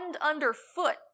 underfoot